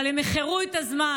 אבל הם איחרו את הזמן.